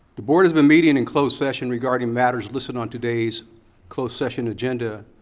the board has been meeting in closed session regarding matters listed on today's closed session agenda,